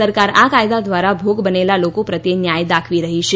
સરકાર આ કાયદા દ્વારા ભોગ બનેલા લોકો પ્રત્યે ન્યાય દાખવી રહી છે